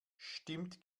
stimmt